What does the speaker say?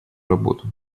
работу